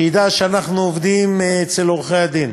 שידע שאנחנו עובדים אצל עורכי-הדין.